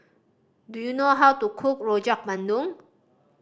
do you know how to cook Rojak Bandung